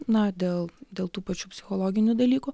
na dėl dėl tų pačių psichologinių dalykų